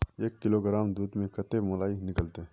एक किलोग्राम दूध में कते मलाई निकलते?